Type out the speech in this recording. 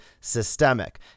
systemic